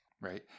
right